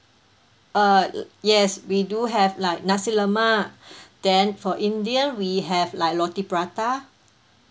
err yes we do have like nasi lemak then for indian we have like roti prata